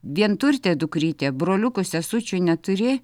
vienturtė dukrytė broliukų sesučių neturi